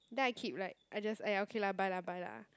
then I keep like I just !aiya! okay lah buy lah buy lah